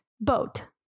boat